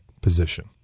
position